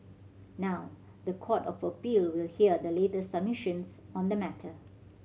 now the Court of Appeal will hear the latest submissions on the matter